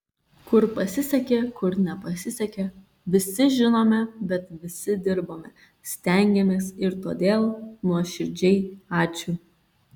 kur pasisekė kur nepasisekė visi žinome bet visi dirbome stengėmės ir todėl nuoširdžiai ačiū